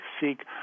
seek